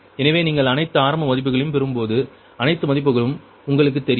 எனவே நீங்கள் அனைத்து ஆரம்ப மதிப்பையும் பெறும்போது அனைத்து மதிப்புகளும் உங்களுக்குத் தெரியும்